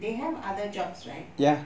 they have other jobs right